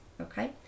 Okay